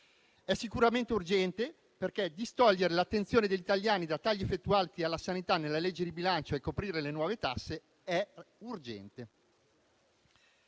È sicuramente urgente, perché distogliere l'attenzione degli italiani dai tagli effettuati alla sanità nella legge di bilancio e coprire le nuove tasse è urgente.